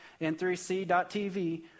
n3c.tv